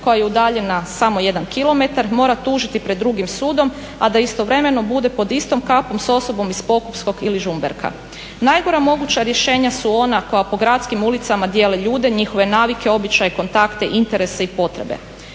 koja je udaljena samo 1km mora tužiti pred drugim sudom a da istovremeno bude pod istom kapom sa osobom iz Pokupskog ili Žumberka. Najgora moguća rješenja su ona koja po gradskim ulicama dijele ljude, njihove navike, običaje, kontakte, interese i potrebe.